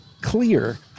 clear